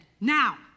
Now